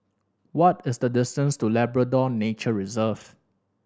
what is the distance to Labrador Nature Reserve